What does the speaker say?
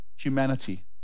humanity